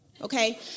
okay